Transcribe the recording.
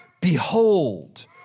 Behold